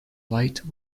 light